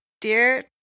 dear